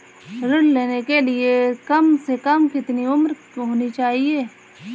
ऋण लेने के लिए कम से कम कितनी उम्र होनी चाहिए?